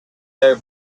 their